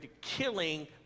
killing